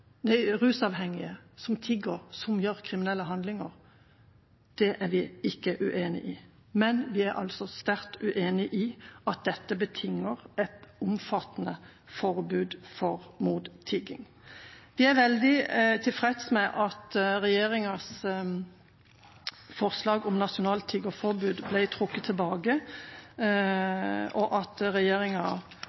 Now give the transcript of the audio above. handlinger. Det er vi ikke uenig i, men vi er sterkt uenig i at dette betinger et omfattende forbud mot tigging. Vi er veldig tilfreds med at regjeringas forslag om nasjonalt tiggeforbud ble trukket tilbake, og at regjeringa